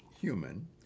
human